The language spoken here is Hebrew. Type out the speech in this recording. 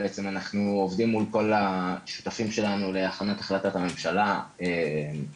בעצם אנחנו עובדים מול כל השותפים שלנו להכנת החלטת הממשלה ברציף,